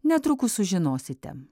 netrukus sužinosite